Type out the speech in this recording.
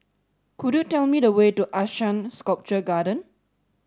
could you tell me the way to ASEAN Sculpture Garden